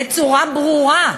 בצורה ברורה.